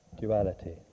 duality